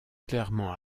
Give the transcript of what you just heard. clairement